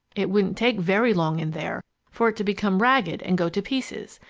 it wouldn't take very long in there for it to become ragged and go to pieces.